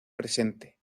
presente